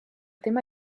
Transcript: tema